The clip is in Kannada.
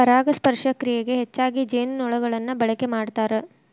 ಪರಾಗಸ್ಪರ್ಶ ಕ್ರಿಯೆಗೆ ಹೆಚ್ಚಾಗಿ ಜೇನುನೊಣಗಳನ್ನ ಬಳಕೆ ಮಾಡ್ತಾರ